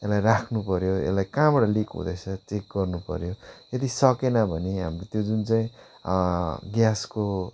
यसलाई राख्नुपर्यो यसलाई कहाँबाट लिक हुँदैछ चेक गर्नुपर्यो यदि सकिएन भने हाम्रो त्यो जुन चाहिँ ग्यासको